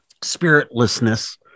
spiritlessness